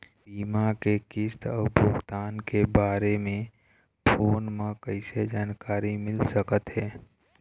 बीमा के किस्त अऊ भुगतान के बारे मे फोन म कइसे जानकारी मिल सकत हे?